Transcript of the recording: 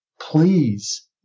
please